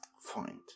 find